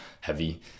heavy